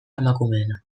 emakumeena